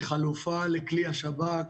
כחלופה לכלי השב"כ.